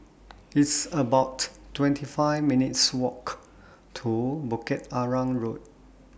It's about twenty five minutes' Walk to Bukit Arang Road